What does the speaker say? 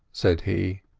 said he.